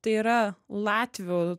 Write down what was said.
tai yra latvių